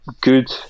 good